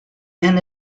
and